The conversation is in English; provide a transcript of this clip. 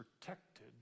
protected